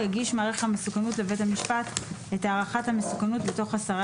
יגיש מעריך המסוכנות לבית המשפט את הערכת המסוכנות בתוך עשרה